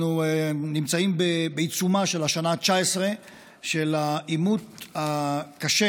אנחנו נמצאים בעיצומה של השנה ה-19 של העימות הקשה,